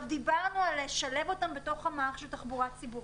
דיברנו על האפשרות לשלב אותם בתוך מערך התחבורה הציבורית.